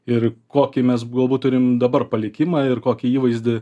ir kokį mes galbūt turim dabar palikimą ir kokį įvaizdį